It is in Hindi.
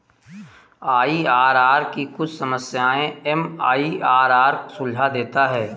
आई.आर.आर की कुछ समस्याएं एम.आई.आर.आर सुलझा देता है